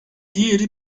diğeri